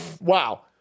wow